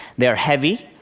they are heavy,